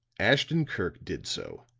ashton-kirk did so.